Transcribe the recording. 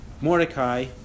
Mordecai